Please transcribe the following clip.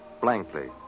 blankly